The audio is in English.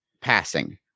passing